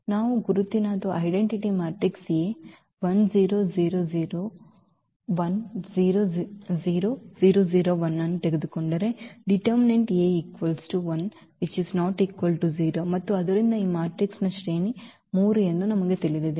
ನಾವು ಗುರುತಿನ ಮ್ಯಾಟ್ರಿಕ್ಸ್ ಅನ್ನು ತೆಗೆದುಕೊಂಡರೆ |A| 1 ≠ 0 ಮತ್ತು ಆದ್ದರಿಂದ ಈ ಮ್ಯಾಟ್ರಿಕ್ಸ್ನ ಶ್ರೇಣಿ 3 ಎಂದು ನಮಗೆ ತಿಳಿದಿದೆ